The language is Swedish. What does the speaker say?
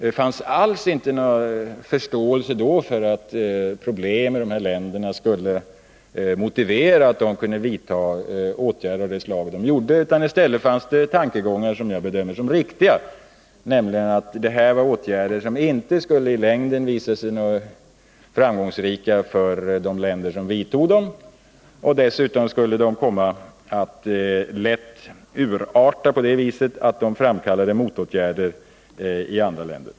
Det fanns då ingen som helst förståelse för att problem i dessa länder skulle motivera att de kunde vidta åtgärder av det slaget. I stället fanns det tankegångar som jag bedömer som riktiga, nämligen att detta var åtgärder som i längden inte skulle visa sig framgångsrika för de länder som vidtog dem. Dessutom skulle de lätt urarta på det viset att de framkallade motåtgärder i andra länder.